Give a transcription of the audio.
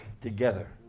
together